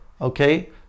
okay